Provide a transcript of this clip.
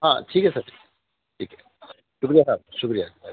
ہاں ٹھیک ہے سر ٹھیک ہے شکریہ صاحب شکریہ